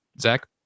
Zach